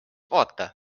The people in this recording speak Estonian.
vaata